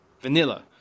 Vanilla